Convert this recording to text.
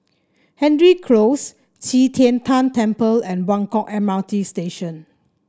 Hendry Close Qi Tian Tan Temple and Buangkok M R T Station